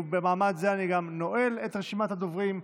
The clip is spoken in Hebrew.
ובמעמד זה אני גם נועל את רשימת הדוברים.